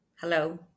hello